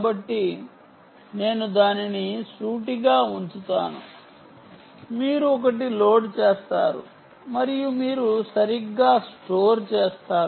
కాబట్టి నేను దానిని సూటిగా ఉంచుతాను మీరు ఒక లోడ్ చేస్తారు మరియు మీరు సరిగ్గా స్టోర్ చేస్తారు